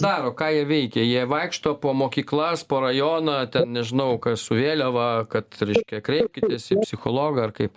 daro ką jie veikia jie vaikšto po mokyklas po rajoną ten nežinau kas su vėliava kad reiškia kreipkitės į psichologą ar kaip